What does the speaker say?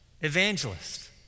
evangelist